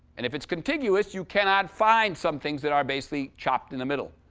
and if it's contiguous, you cannot find some things that are basically chopped in the middle.